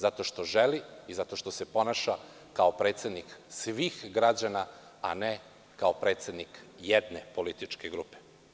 Zato što želi i zato što se ponaša kao predsednik svih građana, a ne kao predsednik jedne političke grupe.